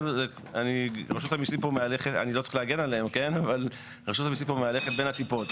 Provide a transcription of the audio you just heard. אני לא צריך להגן על רשות המיסים אבל תזכרו שהם מהלכים בין הטיפות,